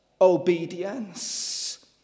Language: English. obedience